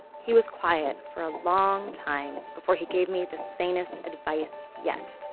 he was quiet for a long time before he gave me the sanest advice yet,